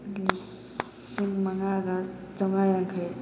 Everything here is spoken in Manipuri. ꯂꯤꯁꯤꯡ ꯃꯉꯥꯒ ꯆꯥꯝꯃꯉꯥ ꯌꯥꯡꯈꯩ